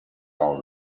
all